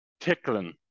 tickling